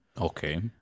Okay